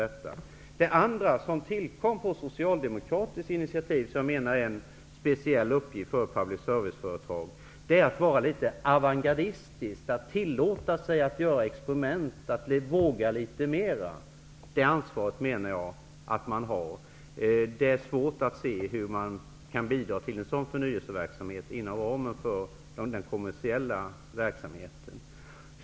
Det som på socialdemokratiskt initiativ tillkom såsom en speciell uppgift för public service-företag är att de skall vara litet avantgardistiska och tillåta sig att göra experiment och våga litet mera. Det ansvaret menar jag att de har. Det är svårt att se hur de skall kunna bidra till en sådan förnyelseverksamhet inom ramen för den kommersiella verksamheten.